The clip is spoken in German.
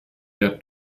der